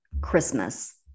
Christmas